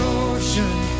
ocean